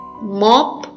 mop